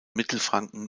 mittelfranken